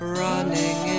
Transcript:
running